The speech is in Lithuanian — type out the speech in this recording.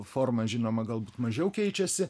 forma žinoma galbūt mažiau keičiasi